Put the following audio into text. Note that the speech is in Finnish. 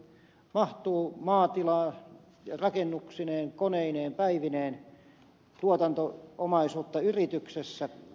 silloin siihen mahtuu maatila rakennuksineen koneineen päivineen tuotanto omaisuutta yrityksessä